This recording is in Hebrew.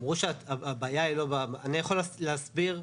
אני יכול להסביר,